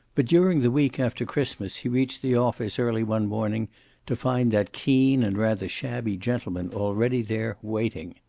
but during the week after christmas he reached the office early one morning to find that keen and rather shabby gentleman already there, waiting.